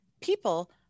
people